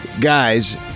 guys